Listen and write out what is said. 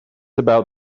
about